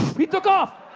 he took off!